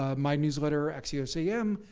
ah my newsletter, axios am,